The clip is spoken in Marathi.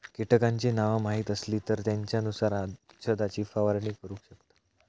कीटकांची नावा माहीत असली तर त्येंच्यानुसार औषधाची फवारणी करू शकतव